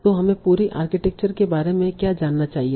तो हमें पूरी आर्किटेक्चर के बारे में क्या जानना चाहिए